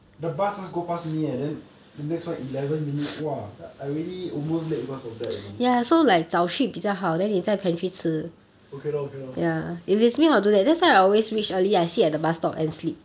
the bus ah go pass me leh then the next one eleven minute !wah! I really almost late because of that you know okay lor okay lor